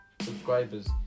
subscribers